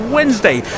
Wednesday